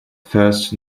first